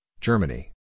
Germany